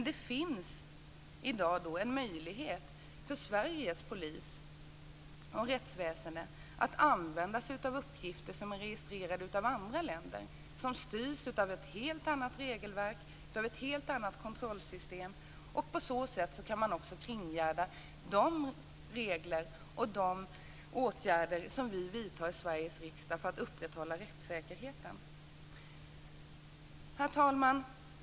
Det finns i dag en möjlighet för Sveriges polis och rättsväsende att använda sig av uppgifter som är registrerade av andra länder, som styrs av ett helt annat regelverk, av ett helt annat kontrollsystem. På så sätt kan man också kringgå regler och de åtgärder som vi vidtar i Sveriges riksdag för att upprätthålla rättssäkerheten. Herr talman!